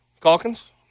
Calkins